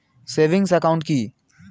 Savings account কি?